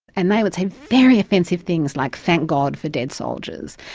and they would say very offensive things, like thank god for dead soldiers,